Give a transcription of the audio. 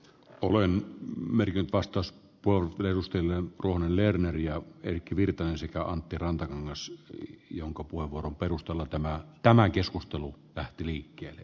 olen merkin vastaus port perustellen kohonen lerner ja erkki virtanen sekä antti rantakangas oy jonka puavo on perustellut enää tämä arvoisa herra puhemies